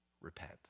repent